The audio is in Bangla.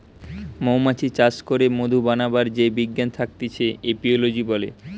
মৌমাছি চাষ করে মধু বানাবার যেই বিজ্ঞান থাকতিছে এপিওলোজি বলে